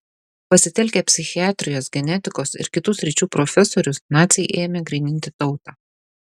pasitelkę psichiatrijos genetikos ir kitų sričių profesorius naciai ėmė gryninti tautą